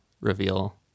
reveal